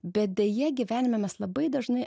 bet deja gyvenime mes labai dažnai